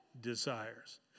desires